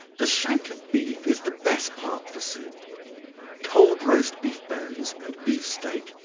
the shank of beef is the best part for soup cold roast beef bones, and beef steak,